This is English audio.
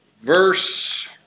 verse